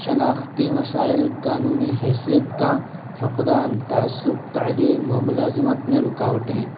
شناختی مسائل قانونی حیثیت کا فقدان تعصب تعلیم و ملازمت میں رکاوٹیں